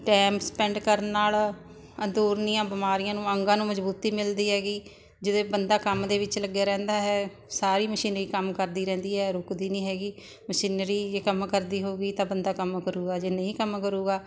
time spend ਕਰਨ ਨਾਲ ਅੰਦਰੂਨੀਆਂ ਬਿਮਾਰੀਆਂ ਅੰਗਾਂ ਨੂੰ ਮਜਬੂਤੀ ਮਿਲਦੀ ਐਗੀ ਜਿਹਦੇ ਬੰਦਾ ਕੰਮ ਦੇ ਵਿੱਚ ਲੱਗਿਆ ਰਹਿੰਦਾ ਹੈ ਸਾਰੀ ਮਸ਼ੀਨਰੀ ਕੰਮ ਕਰਦੀ ਰਹਿੰਦੀ ਹੈ ਰੁਕਦੀ ਨਹੀਂ ਹੈਗੀ ਮਸ਼ੀਨਰੀ ਜੇ ਕੰਮ ਕਰਦੀ ਹੋਵੇਗੀ ਤਾਂ ਬੰਦਾ ਕੰਮ ਕਰੂਗਾ ਜੇ ਨਹੀਂ ਕੰਮ ਕਰੂਗਾ